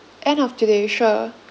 end of today sure